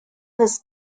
his